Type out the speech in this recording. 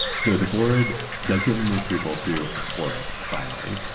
so, the board does give him approval to explore it finally.